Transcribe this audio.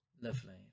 Lovely